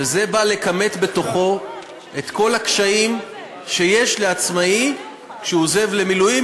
וזה בא לכמת בתוכו את כל הקשיים שיש לעצמאי כשהוא עוזב למילואים,